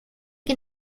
que